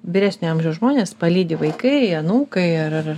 vyresnio amžiaus žmones palydi vaikai anūkai ar